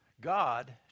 God